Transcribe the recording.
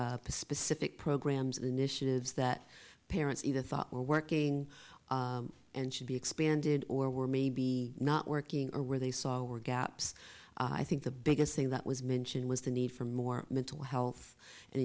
the specific programs and initiatives that parents either thought were working and should be expanded or were maybe not working or where they saw were gaps i think the biggest thing that was mentioned was the need for more mental health and